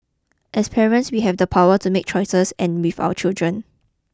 as parents we have the power to make choices and with our children